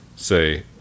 Say